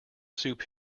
soup